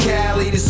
Cali